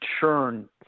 churn